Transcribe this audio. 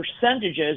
percentages